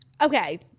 Okay